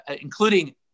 including